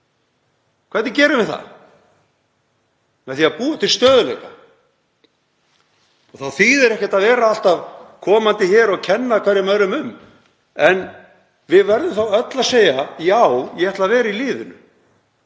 Hvernig gerum við það? Með því að búa til stöðugleika og þá þýðir ekkert að vera alltaf komandi hér og kenna hver öðrum um, en við verðum þá öll að segja: Já, ég ætla að vera í liðinu.